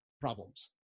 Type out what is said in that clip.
problems